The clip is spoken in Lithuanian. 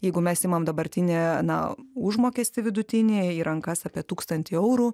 jeigu mes imam dabartinį na užmokestį vidutinį į rankas apie tūkstantį eurų